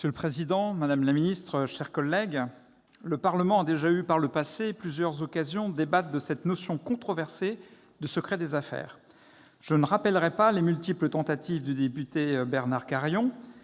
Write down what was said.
Monsieur le président, madame la garde des sceaux, mes chers collègues, le Parlement a déjà eu, par le passé, plusieurs occasions de débattre de cette notion controversée de « secret des affaires ». Je ne rappellerai pas les multiples tentatives du député Bernard Carayon